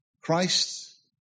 Christ